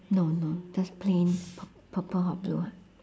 no no just plain purple or blue ha